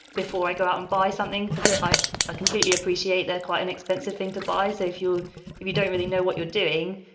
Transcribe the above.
before i go out and buy something, because i ah completely appreciate that. quite an expensive thing to buy. so if you if you don't really know what you're doing,